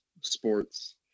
sports